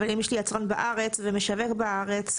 אבל אם יש לי יצרן בארץ ומשווק בארץ,